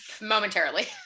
momentarily